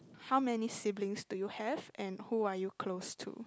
how many siblings do you have and who are you close to